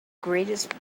greatest